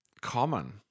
common